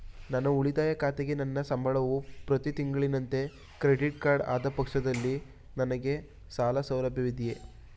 ನನ್ನ ಉಳಿತಾಯ ಖಾತೆಗೆ ನನ್ನ ಸಂಬಳವು ಪ್ರತಿ ತಿಂಗಳಿನಂತೆ ಕ್ರೆಡಿಟ್ ಆದ ಪಕ್ಷದಲ್ಲಿ ನನಗೆ ಸಾಲ ಸೌಲಭ್ಯವಿದೆಯೇ?